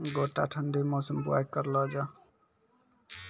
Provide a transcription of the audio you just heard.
गोटा ठंडी मौसम बुवाई करऽ लो जा?